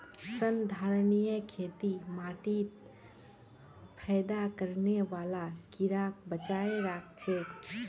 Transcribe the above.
संधारणीय खेती माटीत फयदा करने बाला कीड़ाक बचाए राखछेक